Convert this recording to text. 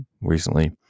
recently